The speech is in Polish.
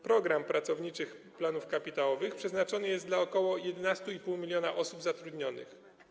Program pracowniczych planów kapitałowych przeznaczony jest dla ok. 11,5 mln osób zatrudnionych.